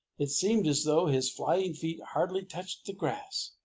it seemed as though his flying feet hardly touched the grass.